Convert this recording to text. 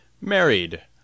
Married